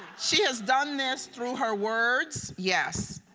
she has done this through her words, yes,